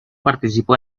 participó